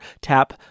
tap